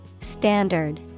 Standard